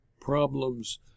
problems